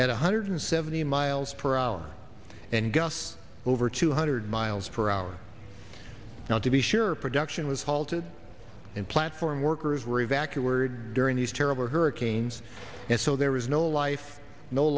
one hundred seventy miles per hour and gusts over two hundred miles per hour now to be sure production was halted and platform workers were evacuated during these terrible hurricanes and so there was no life no